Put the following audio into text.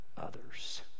others